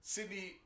Sydney